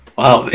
wow